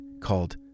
called